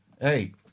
Hey